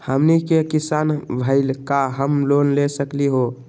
हमनी के किसान भईल, का हम लोन ले सकली हो?